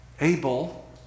Abel